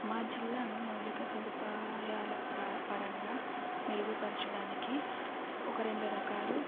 మా జిల్లాను మౌలిక సదుపాయాలపరంగా మెరుగుపరచడానికి ఒక రెండు రకాలు